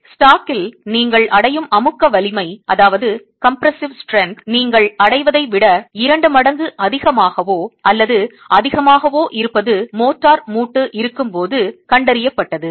ஸ்டாக்கில் நீங்கள் அடையும் அமுக்க வலிமை நீங்கள் அடைவதை விட இரண்டு மடங்கு அதிகமாகவோ அல்லது அதிகமாகவோ இருப்பது மோர்டார் மூட்டு இருக்கும் போது கண்டறியப்பட்டது